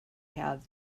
have